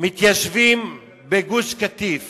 מתיישבים בגוש-קטיף